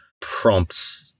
prompts